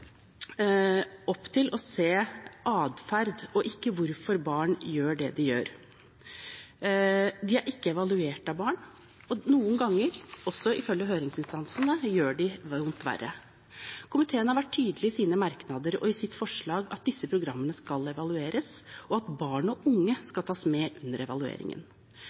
opp til å se på adferd og ikke på hvorfor barn gjør det de gjør. De er ikke evaluert av barn, og noen ganger, også ifølge høringsinstansene, gjør de vondt verre. Komiteen har vært tydelig i sine merknader og i sitt forslag på at disse programmene skal evalueres, og at barn og unge skal tas med under evalueringen.